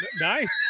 Nice